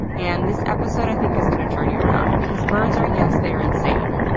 and this episode i think is gonna turn you around because birds are, yes, they're insane.